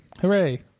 Hooray